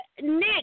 Nick